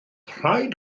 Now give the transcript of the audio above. rhaid